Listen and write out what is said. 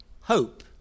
hope